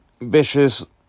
Vicious